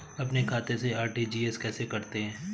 अपने खाते से आर.टी.जी.एस कैसे करते हैं?